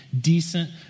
decent